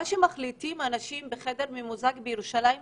מה שמחליטים בחדר ממוזג בירושלים אנשים,